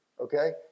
okay